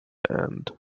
end